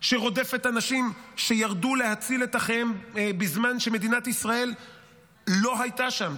שרודפת אנשים שירדו להציל את אחיהם בזמן שמדינת ישראל לא הייתה שם,